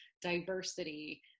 diversity